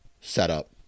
setup